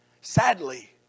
Sadly